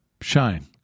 Shine